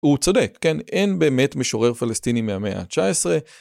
הוא צודק, כן? אין באמת משורר פלסטיני מהמאה ה-19.